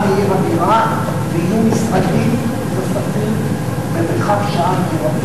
מעיר הבירה ויהיו משרדים נוספים במרחק שעה מהבירה.